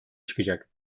çıkacak